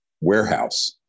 warehouse